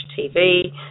TV